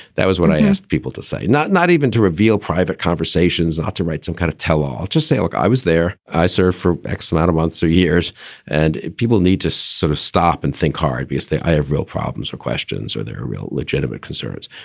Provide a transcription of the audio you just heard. that was when i asked people to say not not even to reveal private conversations, had to write some kind of tell-all. just say, look, i was there. i served for x amount of months or years and people need to sort of stop and think hard because they i have real problems or questions or they're real legitimate concerns.